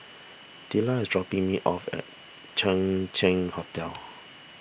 Della is dropping me off at Chang Ziang Hotel